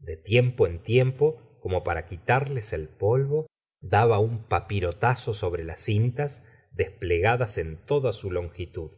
de tiempo en tiempo como para quitarles el polvo daba un papirotazo sobre las cintas desplegadas en toda su longitud